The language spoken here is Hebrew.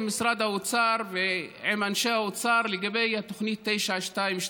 עם משרד האוצר ועם אנשי האוצר לגבי תוכנית 922,